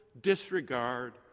disregard